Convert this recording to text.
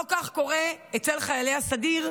לא כך קורה אצל חיילי הסדיר,